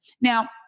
now